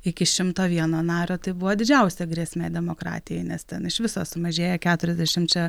iki šimto vieno nario tai buvo didžiausia grėsmė demokratijai nes ten iš viso sumažėja keturiasdešimčia